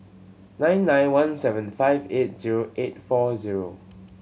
nine nine one seven five eight zero eight four zero